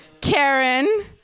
Karen